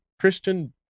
Christian